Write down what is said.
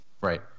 Right